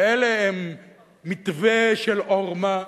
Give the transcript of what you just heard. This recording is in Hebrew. ואין להם מתווה של עורמה,